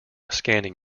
scanning